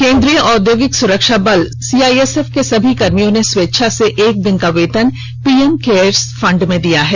केन्द्रीय औद्योगिक सुरक्षा बल सीआईएसएफ के सभी कर्मियों ने स्वेच्छा से एक दिन का वेतन पीएम केयर्स फंड में दिया है